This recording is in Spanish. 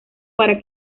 para